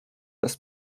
raz